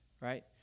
right